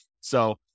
So-